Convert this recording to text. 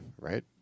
right